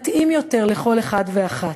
מתאים יותר לכל אחד ואחת.